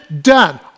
done